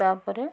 ତା'ପରେ